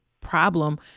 problem